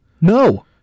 No